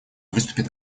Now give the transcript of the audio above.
выступит